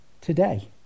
today